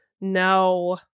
No